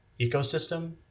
ecosystem